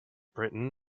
britain